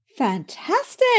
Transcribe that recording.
fantastic